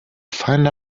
find